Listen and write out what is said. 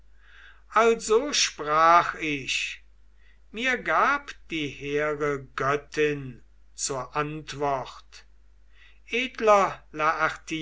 also sprach ich mir gab die hehre göttin zur antwort edler